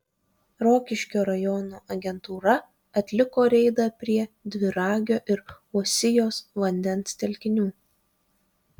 rokiškio rajono agentūra atliko reidą prie dviragio ir uosijos vandens telkinių